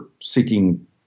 seeking